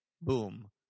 boom